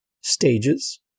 stages